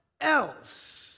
else